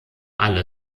alle